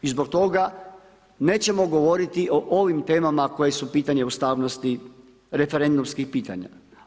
I zbog toga nećemo govoriti o ovim temama koje su pitanje ustavnosti referendumskih pitanja.